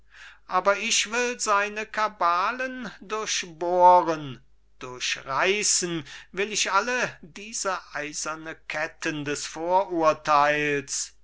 aber ich will seine kabalen durchbohren durchreißen will ich alle diese eisernen ketten des